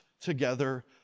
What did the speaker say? together